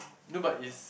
no but is